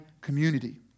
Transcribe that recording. community